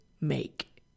make